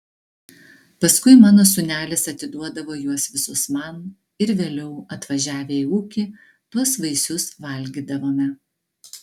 paskui mano sūnelis atiduodavo juos visus man ir vėliau atvažiavę į ūkį tuos vaisius valgydavome